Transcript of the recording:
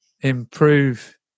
improve